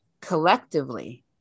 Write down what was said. Collectively